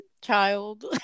child